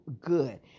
good